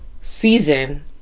season